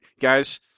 Guys